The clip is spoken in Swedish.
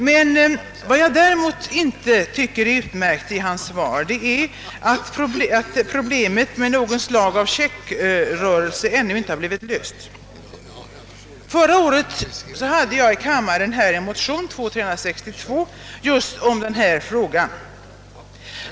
Vad jag däremot inte tycker är utmärkt i - kommunikationsministerns svar är att frågan om något slag av checkrörelse ännu inte lösts. Förra året väckte jag här i kammaren en motion, nr 362, om just denna sak.